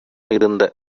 இருந்த